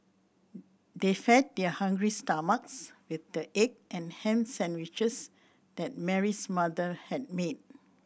they fed their hungry stomachs with the egg and ham sandwiches that Mary's mother had made